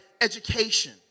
education